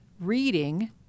reading